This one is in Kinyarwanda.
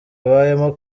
abayemo